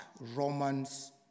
Romans